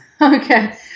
Okay